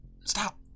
stop